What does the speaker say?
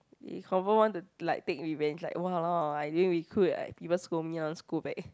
he confirm want to like take revenge like !walao! I didn't recruit people scold me I want scold back